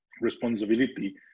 responsibility